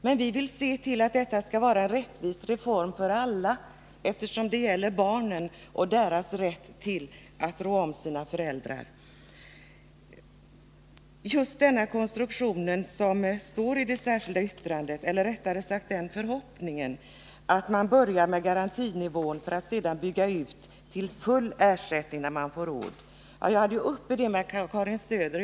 Men vi vill att detta skall vara en rättvis reform för alla, eftersom det gäller barnen och deras rätt att rå om sina föräldrar. I det särskilda yttrandet hyser man förhoppningen om just den konstruktionen att man skall börja med garantinivån för att sedan bygga ut till full ersättning när man får råd, och den frågan hade jag uppe till debatt med Karin Söder.